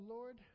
Lord